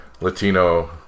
Latino